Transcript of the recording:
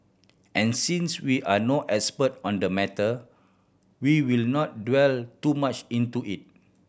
and since we are no expert on the matter we will not delve too much into it